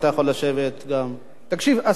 תקשיב, השר